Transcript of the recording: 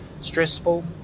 stressful